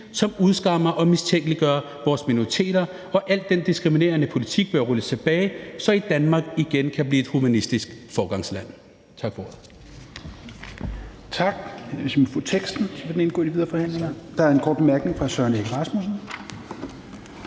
som udskammer og mistænkeliggør vores minoriteter, og al diskriminerende politik bør rulles tilbage, så Danmark igen kan blive et humanistisk foregangsland.« (Forslag